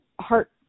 heart